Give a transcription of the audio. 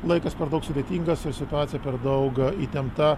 laikas per daug sudėtingas o situacija per daug įtempta